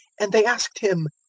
and they asked him,